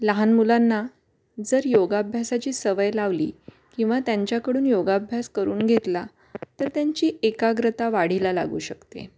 लहान मुलांना जर योगाभ्यासाची सवय लावली किंवा त्यांच्याकडून योगाभ्यास करून घेतला तर त्यांची एकाग्रता वाढीला लागू शकते